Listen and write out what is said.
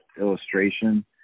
illustration